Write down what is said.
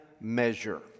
measure